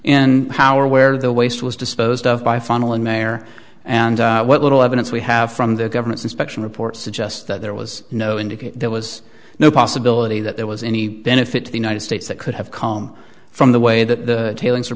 in how or where the waste was disposed of by funneling there and what little evidence we have from the government's inspection reports suggest that there was no indicate there was no possibility that there was any benefit to the united states that could have come from the way that the tailings are